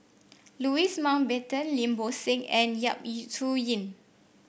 Louis Mountbatten Lim Bo Seng and Yap Su Yin